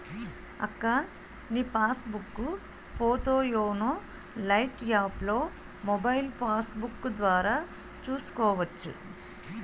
అక్కా నీ passbook పోతో యోనో లైట్ యాప్లో మొబైల్ పాస్బుక్కు ద్వారా చూసుకోవచ్చు